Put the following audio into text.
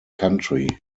country